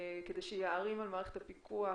כדי שיערים על מערכת הפיקוח